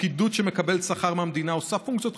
הפקידות שמקבלת שכר מהמדינה עושה פונקציות חשובות.